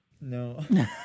No